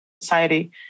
society